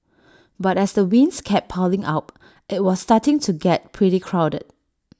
but as the wins kept piling up IT was starting to get pretty crowded